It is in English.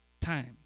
time